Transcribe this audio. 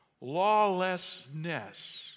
lawlessness